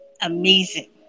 amazing